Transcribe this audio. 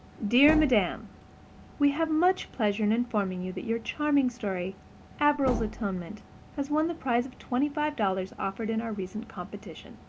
dear madam we have much pleasure in informing you that your charming story averil's atonement has won the prize of twenty-five dollars offered in our recent competition.